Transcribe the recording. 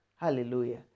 Hallelujah